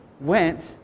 went